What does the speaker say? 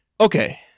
Okay